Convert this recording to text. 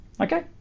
okay